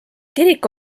kirik